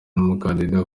nk’umukandida